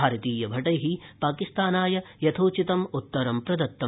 भारतीयभटैः पाकिस्तानाय यथोचित्तमुत्तरं प्रदत्तम्